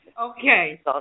Okay